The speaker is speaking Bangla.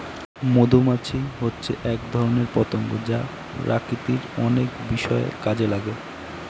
মধুমাছি হচ্ছে এক ধরনের পতঙ্গ যা প্রকৃতির অনেক বিষয়ে কাজে লাগে